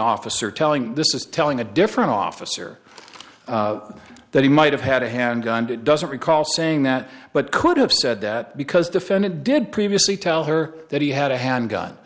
officer telling this is telling a different officer that he might have had a handgun doesn't recall saying that but could have said that because defendant did previously tell her that he had a handgun